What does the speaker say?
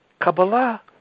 Kabbalah